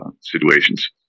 situations